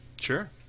Sure